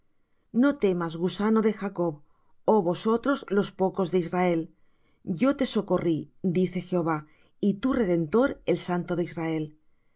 no temas gusano de jacob oh vosotros los pocos de israel yo te socorrí dice jehová y tu redentor el santo de israel